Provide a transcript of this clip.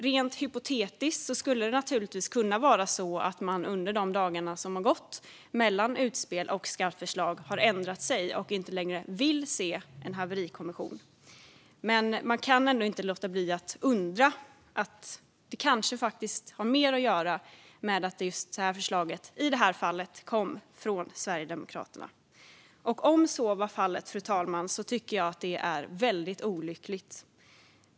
Rent hypotetiskt skulle det naturligtvis kunna vara så att man har ändrat sig under de dagar som gått mellan utspel och skarpt förslag och inte längre vill se en haverikommission. Men jag kan ändå inte låta bli att undra om det inte kanske faktiskt har mer att göra med att just det här förslaget kom från Sverigedemokraterna. Om så var fallet, fru talman, tycker jag att det är väldigt olyckligt.